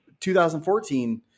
2014